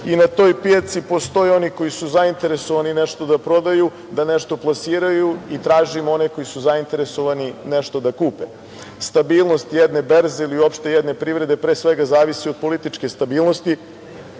i na toj pijaci postoje oni koji su zainteresovani nešto da prodaju, da nešto plasiraju i tražimo one koji su zainteresovani nešto da kupe. Stabilnost jedne berze ili uopšte jedne privrede, pre svega zavisi od političke stabilnosti,